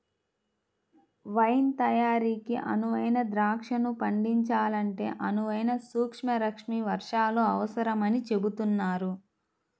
wine తయారీకి అనువైన ద్రాక్షను పండించాలంటే అనువైన సూర్యరశ్మి వర్షాలు అవసరమని చెబుతున్నారు